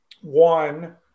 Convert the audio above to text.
one